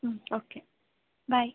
ಹ್ಞೂ ಓಕೆ ಬಾಯ್